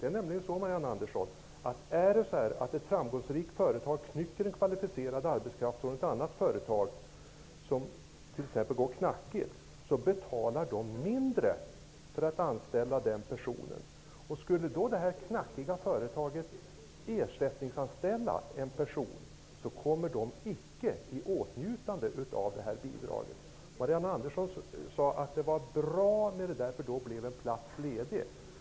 Det är nämligen så att ett framgångsrikt företag som knycker kvalificerad arbetskraft från ett annat företag, som kanske går knackigt, betalar mindre för att anställa den personen. Om det ''knackiga'' företaget då ersättningsanställer en person kommer det icke i åtnjutande av bidraget. Marianne Andersson sade att det var bra, därför att det blev en plats ledig.